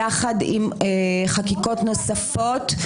יחד עם חקיקות נוספות.